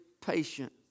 patient